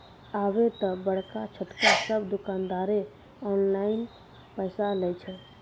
आबे त बड़का छोटका सब दुकानदारें ऑनलाइन पैसा लय छै